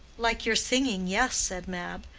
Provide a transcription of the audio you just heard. like your singing yes, said mab,